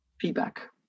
feedback